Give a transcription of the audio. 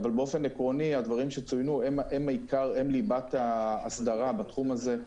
אבל באופן עקרוני הדברים שצוינו הם ליבת ההסדרה בתחום הזה,